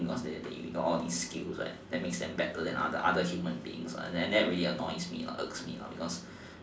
they they think they got all these skills that makes them better than other human beings and that really annoys me lah irks me lah because